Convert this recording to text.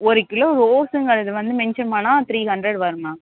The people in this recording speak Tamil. ஒரு கிலோ ரோஸுங்கறது வந்து மென்ஷன் பண்ணிணா த்ரீ ஹண்ட்ரட் வரும் மேம்